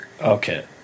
Okay